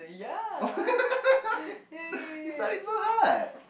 you studied so hard